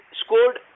scored